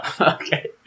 okay